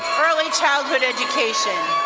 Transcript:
early childhood education.